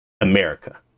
America